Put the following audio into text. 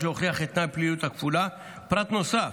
להוכיח את תנאי הפליליות הכפולה פרט נוסף,